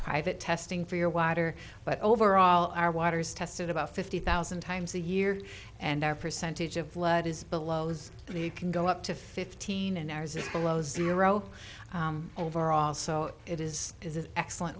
private testing for your water but overall our waters tested about fifty thousand times a year and our percentage of flood is below as you can go up to fifteen and ours is below zero overall so it is this is excellent